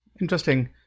Interesting